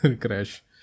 Crash